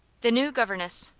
the new governess.